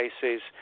cases